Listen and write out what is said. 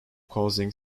causing